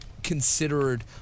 Considered